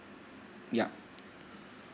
yup